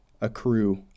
accrue